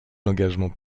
d’engagement